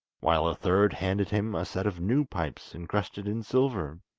while a third handed him a set of new pipes encrusted in silver.